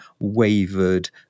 wavered